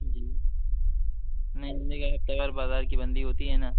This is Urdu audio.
جی نہیں ہم نے کہا صدر بازار کی بندی ہوتی ہے نا